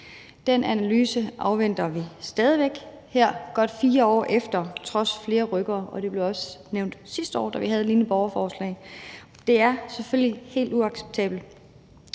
Den analyse afventer vi stadig væk her godt 4 år efter trods flere rykkere, og det blev også nævnt sidste år, da vi havde et lignende borgerforslag. Det er selvfølgelig helt uacceptabelt.